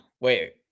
Wait